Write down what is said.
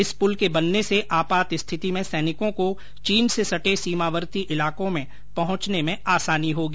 इस पूल के बनने से आपात स्थिति में सैनिकों को चीन से सटे सीमावर्ति ईलाकों में पहुंचने में आसानी होगी